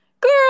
Girl